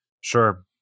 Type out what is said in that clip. sure